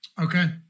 Okay